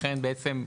לכן,